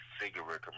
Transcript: cigarette